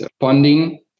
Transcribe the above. funding